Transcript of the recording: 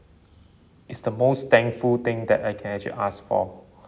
it's the most thankful thing that I can actually ask for